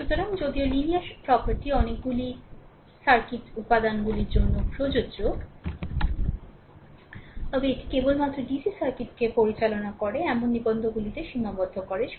সুতরাং যদিও linear property অনেকগুলি সার্কিট উপাদানগুলির জন্য প্রযোজ্য তবে এটি কেবলমাত্র ডিসি সার্কিটকে পরিচালনা করে এমন নিবন্ধগুলিতে সীমাবদ্ধ করে